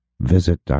Visit